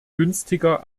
günstiger